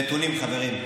נתונים, חברים.